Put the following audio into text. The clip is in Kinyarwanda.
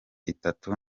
itatu